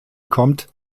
kommt